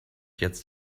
jetzt